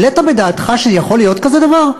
העלית בדעתך שיכול להיות כזה דבר?